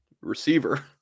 receiver